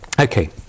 Okay